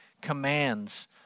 commands